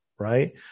Right